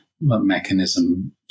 mechanism